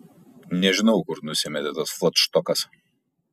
nežinau kur nusimetė tas fladštokas